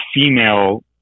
female